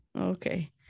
okay